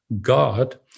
God